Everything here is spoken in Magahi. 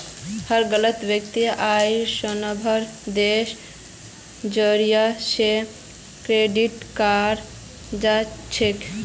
हर गलत वित्तीय आइर संदर्भ दरेर जरीये स डिटेक्ट कराल जा छेक